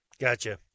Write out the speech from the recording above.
Gotcha